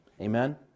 Amen